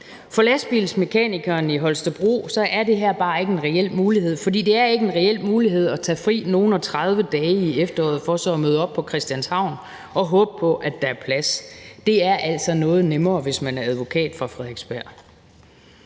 For lastbilmekanikeren i Holstebro er det her bare ikke en reel mulighed, for det er ikke en reel mulighed at tage fri nogle og tredive dage i efteråret for så at møde op på Christianshavn og håbe på, at der er plads. Det er altså noget nemmere, hvis man er advokat fra Frederiksberg.